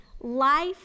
life